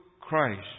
Christ